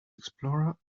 explorer